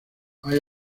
hay